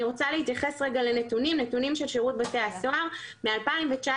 אני רוצה להתייחס רגע לנתונים של שירות בתי הסוהר מ-2019